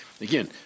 Again